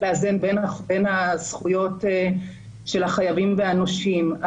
לאזן בין זכויות החייבים לבין זכויות הנושים.